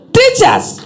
teachers